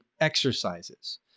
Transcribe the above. exercises